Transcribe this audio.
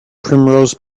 primrose